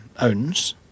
owns